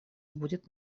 будет